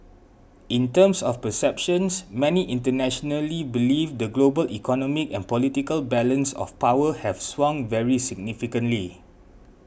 in terms of perceptions many internationally believe the global economic and political balance of power has swung very significantly